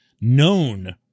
known